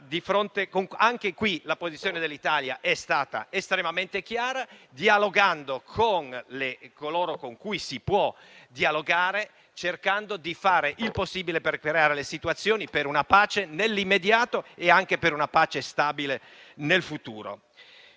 Anche qui la posizione dell'Italia è stata estremamente chiara, dialogando con coloro con cui si può dialogare, cercando di fare il possibile per creare le condizioni per una pace nell'immediato e anche per una pace stabile nel futuro.